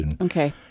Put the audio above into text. Okay